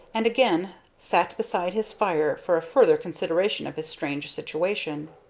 and again sat beside his fire for a further consideration of his strange situation.